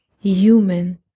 human